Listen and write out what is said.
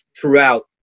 throughout